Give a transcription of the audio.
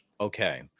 okay